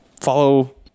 Follow